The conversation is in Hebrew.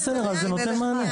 בסדר, אז זה נותן מענה.